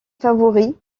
favoris